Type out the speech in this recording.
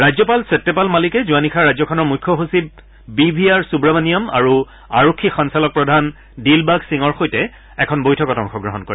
ৰাজ্যপাল সত্যপাল মালিকে যোৱা নিশা ৰাজ্যখনৰ মুখ্য সচিব বি ভি আৰ সুৱমণিয়ম আৰু আৰক্ষী সঞ্চালক প্ৰধান দিলবাগ সিঙৰ সৈতে এখন বৈঠকত অংশগ্ৰহণ কৰে